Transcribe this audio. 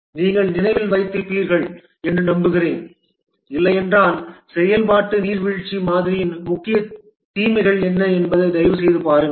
நீங்கள் நினைவில் வைத்திருப்பீர்கள் என்று நம்புகிறேன் இல்லையென்றால் செயல்பாட்டு நீர்வீழ்ச்சி மாதிரியின் முக்கிய தீமைகள் என்ன என்பதை தயவுசெய்து பாருங்கள்